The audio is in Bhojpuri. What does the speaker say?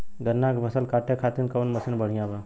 गन्ना के फसल कांटे खाती कवन मसीन बढ़ियां बा?